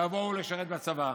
יבואו לשרת בצבא.